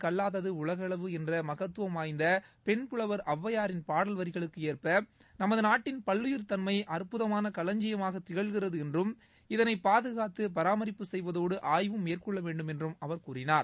கல்லாதது உலகளவு என்ற மகத்துவம் வாய்ந்த பெண் புலவர் ஒளவையாரின் பாடல் வரிகளுக்கேற்ப நமது நாட்டின் பல்லுயிர்தன்மை அற்புதமான களஞ்சியமாக திகழ்கிறது என்றும் இதனை பாதுகாத்து பாரமிப்பு செய்வதோடு ஆய்வும் மேற்கொள்ள வேண்டும் என்று அவர் கூறினார்